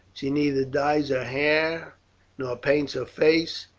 she neither dyes her hair nor paints her face,